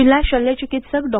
जिल्हा शल्य चिकित्सक डॉ